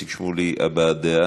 שמולי, הבעת דעה.